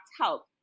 help